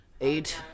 Eight